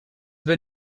been